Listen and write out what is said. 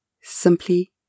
simply